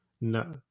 No